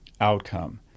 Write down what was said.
outcome